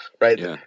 right